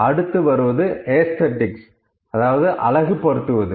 அடுத்து வருவது ஏஸ்தேடிக்ஸ அழகு படுத்துவது